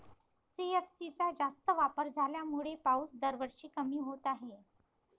CFC चा जास्त वापर झाल्यामुळे पाऊस दरवर्षी कमी होत आहे